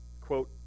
quote